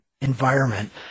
environment